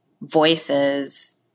voices